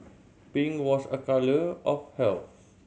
pink was a colour of health